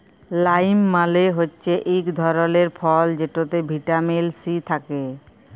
lime মালে হচ্যে ইক ধরলের ফল যেটতে ভিটামিল সি থ্যাকে